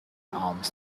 alms